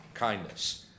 kindness